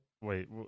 Wait